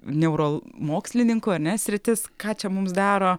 neuromokslininkų ar ne sritis ką čia mums daro